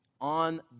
on